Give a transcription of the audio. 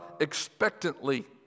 expectantly